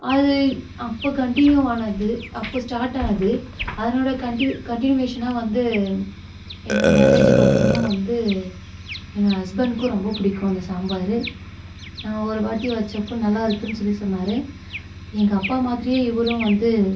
அது அப்போது கன்டினியூவானது அப்போது ஸ்டாட் ஆனது அதனோட கன்டினியூவேஷனாக வந்து என்னோட மேரேஜுக்கு அப்புறமும் வந்து என்னோட ஹஸ்பண்டுக்கும் ரொம்ப பிடிக்கும் அந்த சாம்பார் நான் ஒரு வாட்டி வச்சப்போ நல்லாயிருக்குனு சொல்லி சொன்னார் எங்கள் அப்பா மாதிரியே இவரும் வந்து